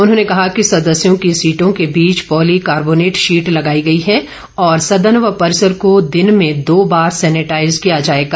उन्होंने कहा कि सदस्यों की सीटों के बीच पॉली कार्बोनेट शीट लगाई गई है और सदन व परिसर को दिन में दो बार सेनिटाइज किया जाएगा